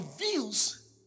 reveals